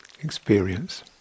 experience